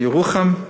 לירוחם,